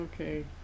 Okay